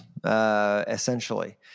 Essentially